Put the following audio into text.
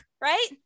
right